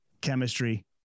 chemistry